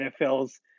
NFL's